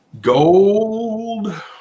Gold